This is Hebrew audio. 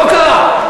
לא קרה.